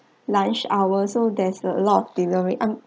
lunch hour so there's a lot of deli~ um